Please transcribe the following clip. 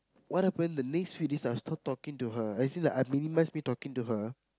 what happened the next few days I stopped talking to her as in like I minimize me talking to her